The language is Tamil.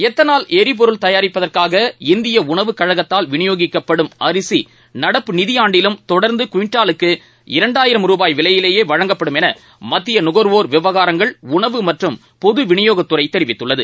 எத்தனால் எரிபொருள் தயாரிப்பதற்காக இந்திய உணவு கழகத்தால் விநியோகிக்கப்படும் அரிசி நடப்பு நிதிபாண்டிலும் தொடர்ந்து குவிண்டாலுக்கு இரண்டாயிரம் ரூபாய் விலையிலேயே வழங்கப்படும் என மத்திய நுகா்வோா் விவகாரங்கள் உணவு மற்றும் பொது விநியோகத்துறை தெரிவித்துள்ளது